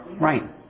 Right